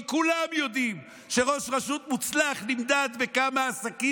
כי כולם יודעים שראש רשות מוצלח בכמה עסקים